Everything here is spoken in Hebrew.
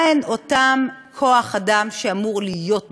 מהו כוח-האדם שאמור להיות בפגיות.